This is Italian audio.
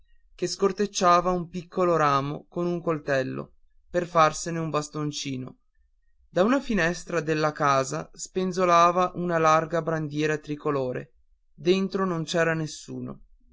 che scortecciava un piccolo ramo con un coltello per farsene un bastoncino da una finestra della casa spenzolava una larga bandiera tricolore dentro non c'era nessuno